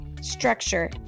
structure